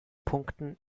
punkten